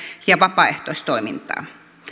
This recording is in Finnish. ja vapaaehtoistoimintaa